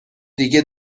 دیگه